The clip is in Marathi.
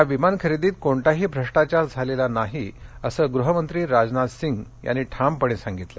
या विमान खरेदी कोणताही भ्रष्टाचार झालेला नाही असं गृहमंत्री राजनाथ सिंग यांनी ठामपणे सांगितलं